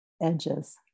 Edges